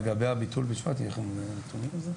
לגבי ביטול משפט, יש לך נתונים על זה?